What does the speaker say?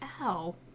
Ow